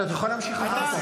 אתה תוכל להמשיך אחר כך.